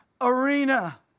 arena